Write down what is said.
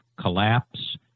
collapse